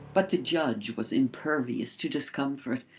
but the judge was impervious to discomfort.